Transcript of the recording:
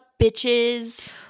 bitches